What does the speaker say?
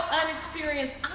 unexperienced